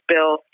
Bill